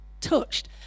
touched